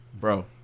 Bro